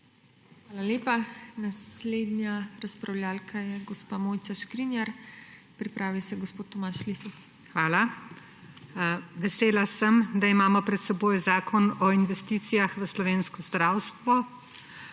Hvala lepa. Naslednja razpravljavka je gospa Mojca Škrinjar, pripravi se gospod Tomaž Lisec. **MOJCA ŠKRINJAR (PS SDS):** Hvala. Vesela sem, da imamo pred seboj zakon o investicijah v slovensko zdravstvo.